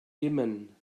dimmen